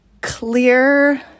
clear